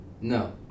No